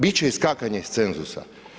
Bit će iskakanja iz cenzusa.